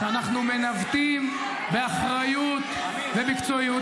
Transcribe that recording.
שאנחנו מנווטים באחריות ומקצועיות.